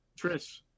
Trish